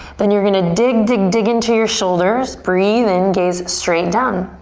then you're gonna dig, dig, dig into your shoulders. breathe in, gaze straight down.